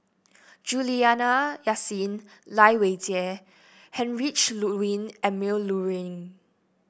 Juliana Yasin Lai Weijie Heinrich Ludwig Emil Luering